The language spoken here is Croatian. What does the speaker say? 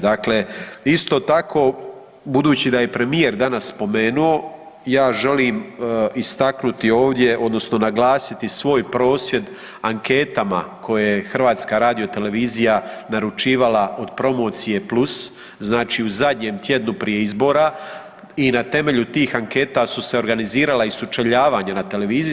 Dakle, isto tako budući da je premijer danas spomenuo ja želim istaknuti ovdje odnosno naglasiti svoj prosvjed anketama koje je HRT naručivala od Promocije plus znači u zadnjem tjednu prije izbora i na temelju tih anketa su se organizirala i sučeljavanja na televiziji.